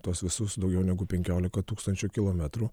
tuos visus daugiau negu penkiolika tūkstančių kilometrų